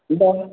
रिदफ